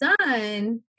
son